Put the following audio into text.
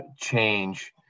change